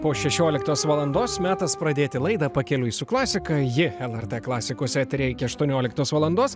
po šešioliktos valandos metas pradėti laidą pakeliui su klasika ji lrt klasikos eteryje aštuonioliktos valandos